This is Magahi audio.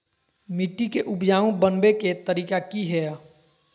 मिट्टी के उपजाऊ बनबे के तरिका की हेय?